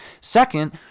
Second